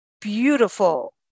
beautiful